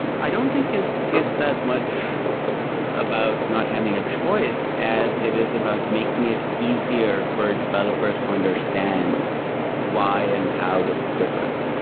i don't think it's as much about not having a choice, as it is about making it easier for developers to understand why and how this is different.